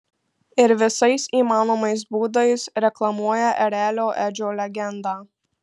ir visais įmanomais būdais reklamuoja erelio edžio legendą